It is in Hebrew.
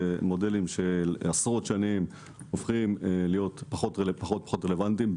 מודלים של עשרות שנים הופכים להיות פחות רלוונטיים,